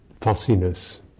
fussiness